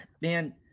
man